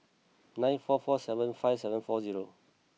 nine four four seven five seven four zero